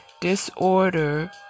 disorder